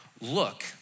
Look